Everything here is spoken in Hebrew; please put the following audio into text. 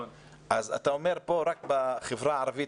אתה אומר כאן שרק בחברה הערבית,